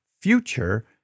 future